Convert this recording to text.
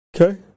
Okay